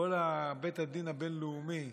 כל בית הדין הבין-לאומי,